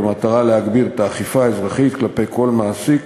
במטרה להגביר את האכיפה האזרחית כלפי כל מעסיק